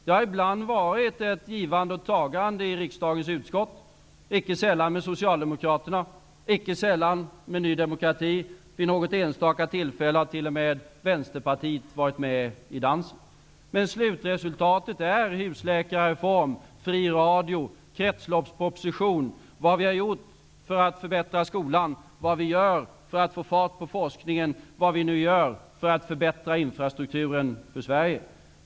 Det har ibland varit ett givande och tagande i riksdagens utskott -- icke sällan med Socialdemokraterna, icke sällan med Ny demokrati, och vid något enstaka tillfälle har t.o.m. Vänsterpartiet varit med i dansen. Men slutresultatet är husläkarreform, fri radio, kretsloppsproposition, vad vi har gjort för att förbättra skolan, vad vi gör för att få fart på forskningen och vad vi gör för att förbättra infrastrukturen för Sverige.